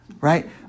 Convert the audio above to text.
right